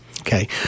Okay